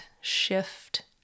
shift